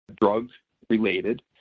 drug-related